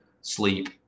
sleep